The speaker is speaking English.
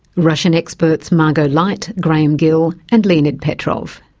russian experts margot light, graeme gill, and leonid petrov.